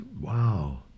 Wow